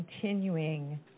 continuing